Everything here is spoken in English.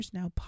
Now